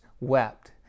wept